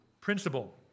principle